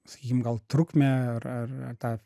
sakykim gal trukmę ar ar tą